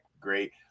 great